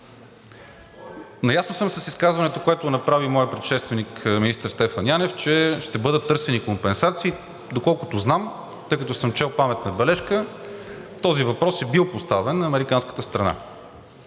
Наясно съм с изказването, което направи моят предшественик министър Стефан Янев, че ще бъдат търсени компенсации, доколкото знам, тъй като съм чел паметна бележка. Този въпрос е бил поставен на американската страна.